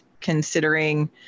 considering